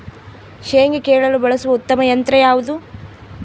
ಶೇಂಗಾ ಕೇಳಲು ಬಳಸುವ ಉತ್ತಮ ಯಂತ್ರ ಯಾವುದು?